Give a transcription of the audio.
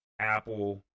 Apple